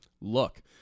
Look